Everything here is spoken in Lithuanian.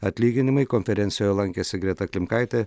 atlyginimai konferencijoj lankėsi greta klimkaitė